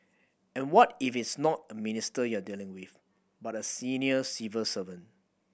and what if it's not a minister you're dealing with but a senior civil servant